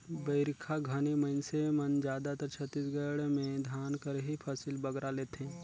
बरिखा घनी मइनसे मन जादातर छत्तीसगढ़ में धान कर ही फसिल बगरा लेथें